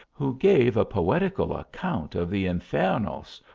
who gave a poeti cal account of the infiernos,